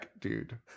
dude